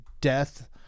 death